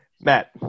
Matt